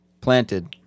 Planted